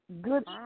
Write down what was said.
Good